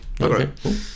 Okay